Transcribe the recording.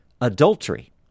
adultery